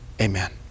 amen